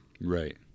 Right